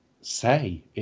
say